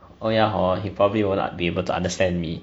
oh ya hor he probably will not be able to understand me